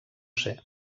ser